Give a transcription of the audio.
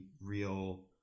real